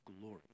glory